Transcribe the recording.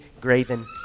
graven